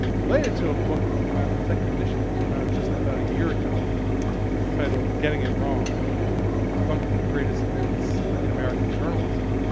related to a book that came out, a second edition that came out, just about a year ago titled getting it wrong debunking the greatest myths in american journalism.